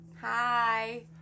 Hi